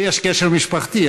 אם יש קשר משפחתי,